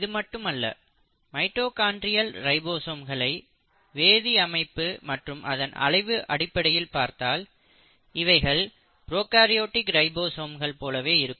இது மட்டுமல்ல மைட்டோகாண்ட்ரியல் ரைபோசோம்களை வேதி அமைப்பு மற்றும் அதன் அளவு அடிப்படையில் பார்த்தால் இவைகள் ப்ரோகாரியோடிக் ரைபோசோம்கள் போலவே இருக்கும்